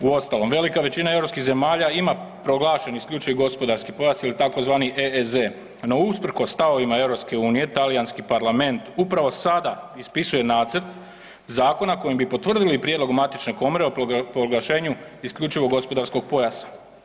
Uostalom velika većina europskih zemalja ima proglašen isključivi gospodarski pojas ili tzv. EEZ, no usprkos stavovima EU Talijanski parlament upravo sada ispisuje nacrt zakona kojim bi potvrdili prijedlog matične komore o proglašenju isključivog gospodarskog pojasa.